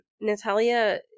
Natalia